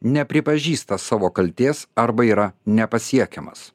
nepripažįsta savo kaltės arba yra nepasiekiamas